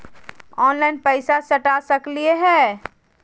Online पैसा सटा सकलिय है?